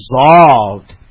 dissolved